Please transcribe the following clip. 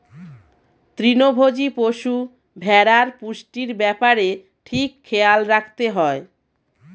তৃণভোজী পশু, ভেড়ার পুষ্টির ব্যাপারে ঠিক খেয়াল রাখতে হয়